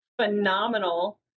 phenomenal